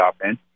offense